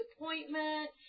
appointment